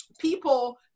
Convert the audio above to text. people